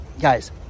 guys